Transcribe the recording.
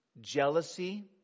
jealousy